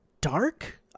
dark